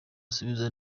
usubiza